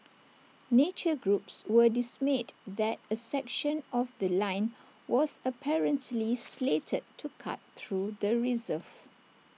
nature groups were dismayed that A section of The Line was apparently slated to cut through the reserve